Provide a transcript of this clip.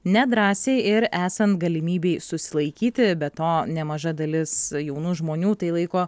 nedrąsiai ir esant galimybei susilaikyti be to nemaža dalis jaunų žmonių tai laiko